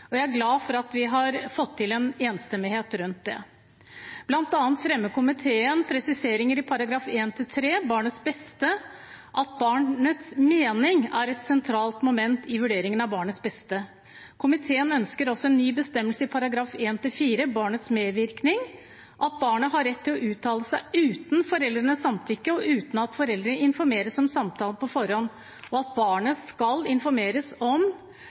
og jeg er glad for at vi har fått til en enstemmighet rundt det. Blant annet fremmer komiteen presiseringer i § 1–3, Barnets beste, om at «barnets mening er et sentralt moment i vurderingen av barnets beste». Komiteen ønsker også en ny bestemmelse i § 1–4, Barnets medvirkning, om at barn har rett til å uttale seg «uten foreldrenes samtykke, og uten at foreldrene informeres om samtalen på forhånd», og at «barn skal informeres om